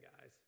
guys